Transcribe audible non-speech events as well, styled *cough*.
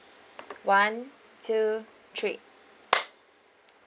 one two three *noise*